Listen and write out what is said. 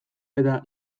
eta